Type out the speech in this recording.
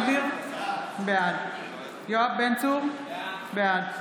אתם מצביעים